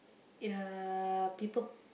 ya people